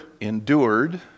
endured